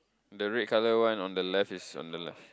the red color one on the left is on the left